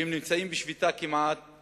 שנמצאים בשביתה כמעט